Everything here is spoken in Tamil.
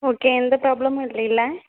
ஓகே எந்த ஃப்ராப்ளமும் இல்லையில்லை